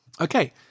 Okay